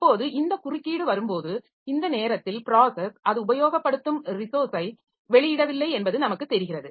இப்போது இந்த குறுக்கீடு வரும்போது இந்த நேரத்தில் ப்ராஸஸ் அது உபயோகப்படுத்தும் ரிசோர்ஸை வெளியிடவில்லை என்பது நமக்குத் தெரிகிறது